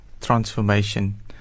transformation